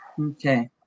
Okay